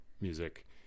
music